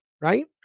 right